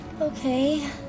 Okay